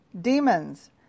Demons